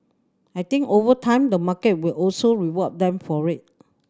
I think over time the market will also reward them for it